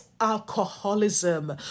alcoholism